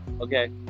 okay